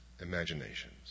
imaginations